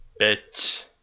Bitch